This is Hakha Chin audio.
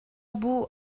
buh